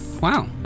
Wow